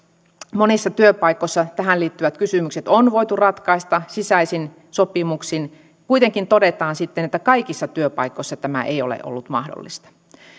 monissa työpaikoissa tähän liittyvät kysymykset on voitu ratkaista sisäisin sopimuksin kuitenkin todetaan sitten että kaikissa työpaikoissa tämä ei ole ollut mahdollista